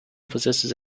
possesses